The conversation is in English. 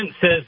says